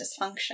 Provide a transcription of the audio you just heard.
dysfunction